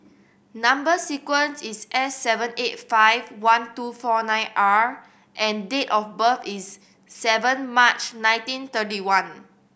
number sequence is S seven eight five one two four nine R and date of birth is seven March nineteen thirty one